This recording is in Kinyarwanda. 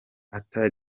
arthur